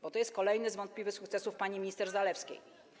Bo to jest kolejny z wątpliwych sukcesów pani minister Zalewskiej.